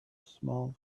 small